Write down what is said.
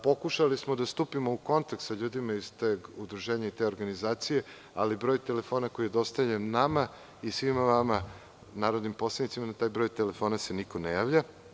Pokušali smo da stupimo u kontakt sa ljudima iz tog udruženja i te organizacije, ali na broj telefona koji je dostavljen nama i svima vama narodnim poslanicima se niko ne javlja.